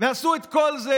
עשו את כל זה